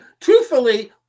truthfully